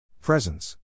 Presence